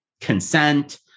consent